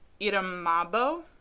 iramabo